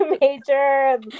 major